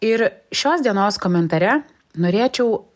ir šios dienos komentare norėčiau